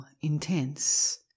intense